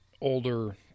older